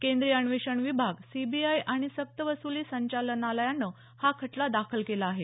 केंद्रीय अन्वेषण विभाग सीबीआय आणि सक्तवसुली संचालनालयानं हा खटला दाखल केला आहे